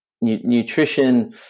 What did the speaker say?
nutrition